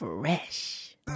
fresh